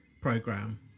program